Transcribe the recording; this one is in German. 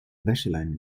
wäscheleinen